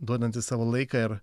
duodantis savo laiką ir